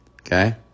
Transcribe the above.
okay